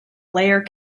layer